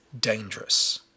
dangerous